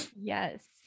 Yes